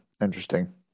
Interesting